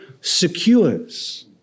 secures